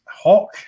Hawk